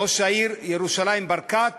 ראש העיר ירושלים ברקת